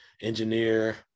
engineer